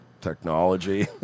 technology